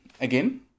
again